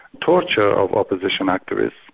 torture of opposition activists,